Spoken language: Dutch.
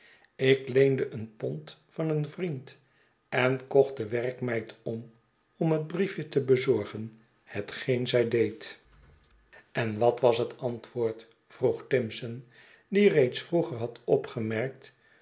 ik leende een pond van een vriend en kocht de werkmeid om om het briefje te bezorgen hetgeen zy deed u en wat was het antwoord vroeg timson die reeds vroeger had opgemerkt